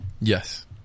Yes